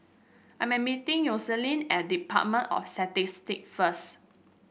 I am meeting Yoselin at Department of Statistics first